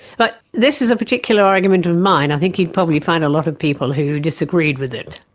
but this is a particular argument of mine i think you'd probably find a lot of people who disagreed with it,